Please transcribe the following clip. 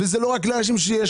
וזה לא רק לאנשים שיש